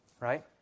Right